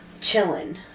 chilling